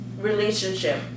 relationship